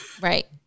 right